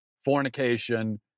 fornication